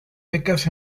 becas